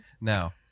Now